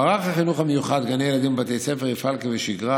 מערך החינוך המיוחד בגני הילדים ובבתי הספר יפעל כבשגרה